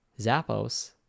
Zappos